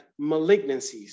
malignancies